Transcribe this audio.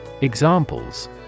Examples